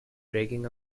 breaking